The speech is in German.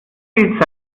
viel